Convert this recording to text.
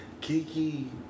Kiki